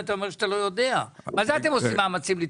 "אנחנו עושים מאמצים לתפוס"?